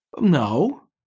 No